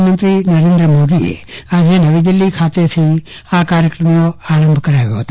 પ્રધાનમંત્રી નરેન્દ્ર મોદીએ આજે નવી દિલ્હી ખાતેથી આ કાર્યક્રમનો આરંભ કરાવ્યો હતો